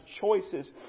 choices